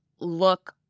look